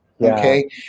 Okay